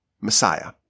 Messiah